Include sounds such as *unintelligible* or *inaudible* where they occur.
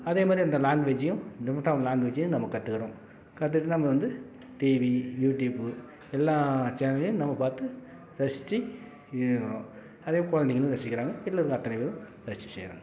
அதே மாதிரி அந்த லாங்குவேஜையும் டிஃப்ரண்ட் ஆஃப் லாங்குவேஜையும் நம்ம கற்றுக்குறோம் கற்றுட்டு நம்ம வந்து டிவி யூடியூப்பு எல்லா சேனல்லையும் நம்ம பார்த்து ரசிச்சு *unintelligible* அதே குழந்தைங்களும் ரசிக்கிறாங்க வீட்டில் இருக்கு அத்தனை பேரும் ரசிச்சு *unintelligible*